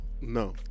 No